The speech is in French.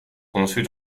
conçue